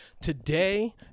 Today